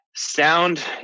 Sound